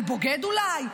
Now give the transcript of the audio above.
על בוגד אולי?